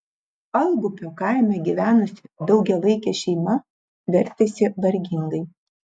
algupio kaime gyvenusi daugiavaikė šeima vertėsi vargingai